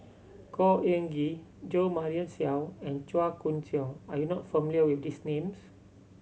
Khor Ean Ghee Jo Marion Seow and Chua Koon Siong are you not familiar with these names